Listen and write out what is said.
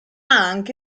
anche